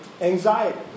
anxiety